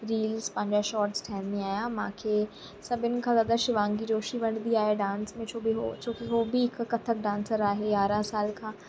reels पंहिंजा shorts ठाहींदी आहियां मांखे सभिनी खां ज़्यादा शिवांगी जोशी वणंदी आहे डांस में छो बि उहो छो कि उहो बि हिकु कथक डांसर आहे यारहां साल खां